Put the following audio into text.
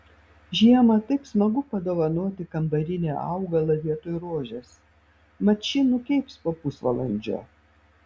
žiemą taip smagu padovanoti kambarinį augalą vietoj rožės mat ši nukeips po pusvalandžio